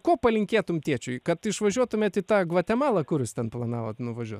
ko palinkėtum tėčiui kad išvažiuotumėt į tą gvatemalą kur jūs ten planavot nuvažiuot